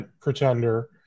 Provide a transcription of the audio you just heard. Pretender